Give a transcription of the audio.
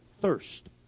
thirst